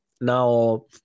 now